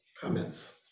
comments